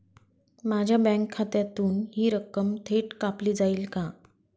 माझ्या बँक खात्यातून हि रक्कम थेट कापली जाईल का?